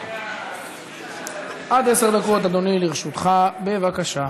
התשע"ח 2018, של חבר הכנסת חיים ילין וקבוצת חברי